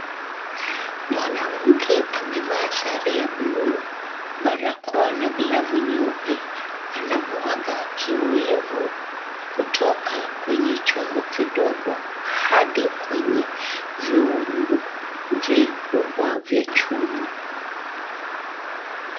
Mwanamke amevaa sare ya buluu, barakoa na glavu nyeupe anamwaga kiyoyevu kutoka kwenye chombo kidogo hadi kwenye vyungu vikubwa vya chuma.